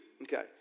Okay